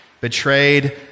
betrayed